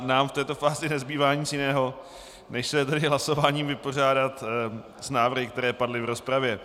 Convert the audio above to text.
Nám v této fázi nezbývá nic jiného, než se hlasováním vypořádat s návrhy, které padly v rozpravě.